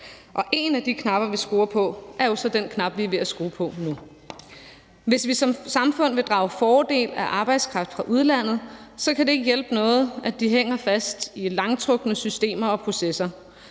Og en af de knapper, vi skruer på, er jo så den knap, vi er ved at skrue på nu. Hvis vi som samfund vil drage fordel af arbejdskraft fra udlandet, kan det ikke hjælpe noget, at man hænger fast i langtrukne systemer og processer.